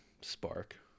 spark